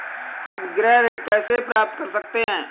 हम गृह ऋण कैसे प्राप्त कर सकते हैं?